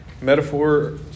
Metaphor